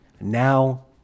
Now